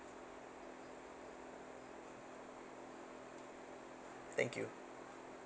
thank you